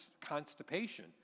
constipation